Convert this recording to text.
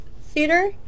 theater